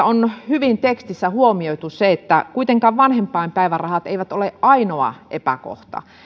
on hyvin huomioitu se että kuitenkaan vanhempainpäivärahat eivät ole ainoa epäkohta